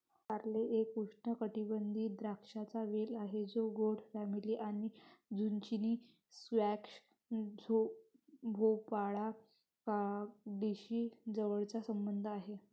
कारले एक उष्णकटिबंधीय द्राक्षांचा वेल आहे जो गोड फॅमिली आणि झुचिनी, स्क्वॅश, भोपळा, काकडीशी जवळचा संबंध आहे